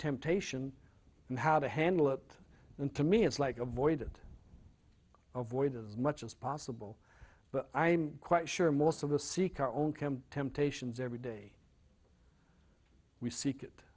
temptation and how to handle it and to me it's like avoid avoid as much as possible but i'm quite sure most of the seek our own come temptations every day we seek it